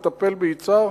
לטפל ביצהר?